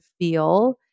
feel